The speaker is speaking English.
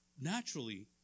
naturally